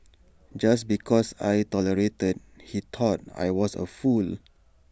just because I tolerated he thought I was A fool